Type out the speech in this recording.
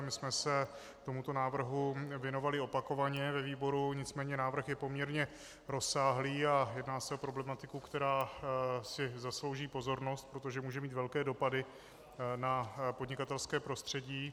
My jsme se tomuto návrhu věnovali opakovaně ve výboru, nicméně návrh je poměrně rozsáhlý a jedná se o problematiku, která si zaslouží pozornost, protože může mít velké dopady na podnikatelské prostředí.